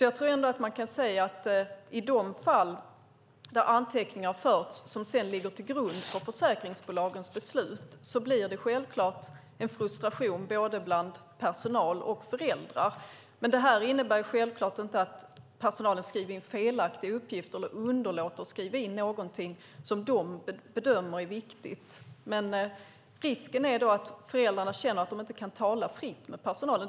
Jag tror ändå att man kan säga att i de fall där anteckningar förts som sedan ligger till grund för försäkringsbolagens beslut blir det självklart en frustration bland både personal och föräldrar. Det innebär självklart inte att personalen skriver in felaktiga uppgifter eller underlåter att skriva in någonting som de bedömer är viktigt. Men risken är att föräldrarna känner att de inte kan tala fritt med personalen.